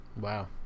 Wow